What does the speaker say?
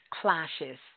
clashes